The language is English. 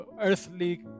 earthly